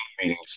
meetings